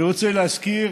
אני רוצה להזכיר